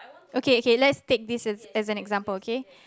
okay okay let's take this as an example okay